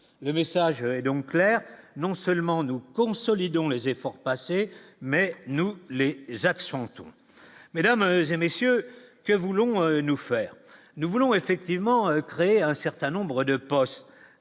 le message est donc clair : non seulement nous consolidons les efforts passés mais nous Les Jacques sont tous mesdames et messieurs, que voulons-nous faire, nous voulons effectivement créé un certain nombre de postes